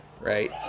Right